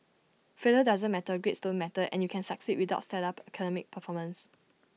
failure doesn't matter grades don't matter and you can succeed without stellar academic performance